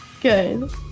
good